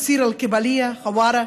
עסירה אל-קבלייה וחווארה,